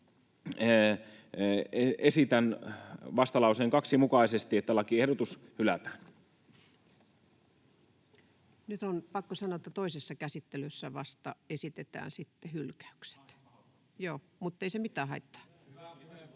esitän vastalauseen 2 mukaisesti, että lakiehdotus hylätään. Nyt on pakko sanoa, että toisessa käsittelyssä vasta esitetään sitten hylkäykset. Mutta ei se mitään haittaa